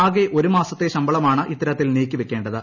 ആകെ ഒരു മാസത്തെ ശമ്പളമാണ് ഇത്തരത്തിൽ നീക്കിവയ്ക്കേണ്ടത്